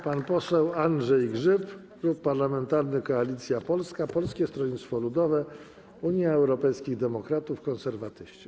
Pan poseł Andrzej Grzyb, Klub Parlamentarny Koalicja Polska - Polskie Stronnictwo Ludowe, Unia Europejskich Demokratów, Konserwatyści.